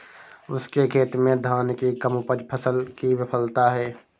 उसके खेत में धान की कम उपज फसल की विफलता है